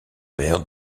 père